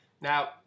Now